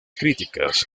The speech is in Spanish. críticas